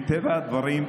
מטבע הדברים,